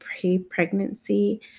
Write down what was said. pre-pregnancy